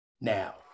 Now